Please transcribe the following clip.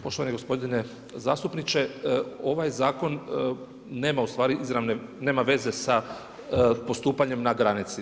Poštovani gospodine zastupniče, ovaj zakon, nema u stvari, nema veze sa postupanjem na granici.